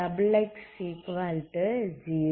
ஆகவேux solution